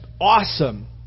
awesome